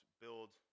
build